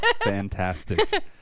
Fantastic